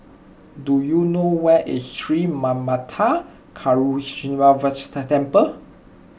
do you know where is Sri Manmatha Karuneshvarar Temple